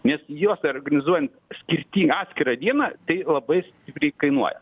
nes juos organizuojant skirti atskirą dieną tai labai stipriai kainuoja